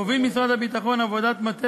הוביל משרד הביטחון עבודת מטה